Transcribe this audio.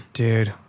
dude